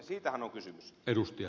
siitähän on kysymys